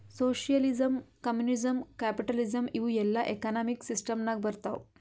socialism, communism, capitalism ಇವೂ ಎಲ್ಲಾ economic system ನಾಗ್ ಬರ್ತಾವ್